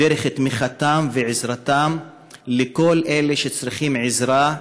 בתמיכתם ובעזרתם לכל אלה שצריכים עזרה,